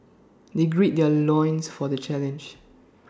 they gird their loins for the challenge